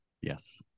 Yes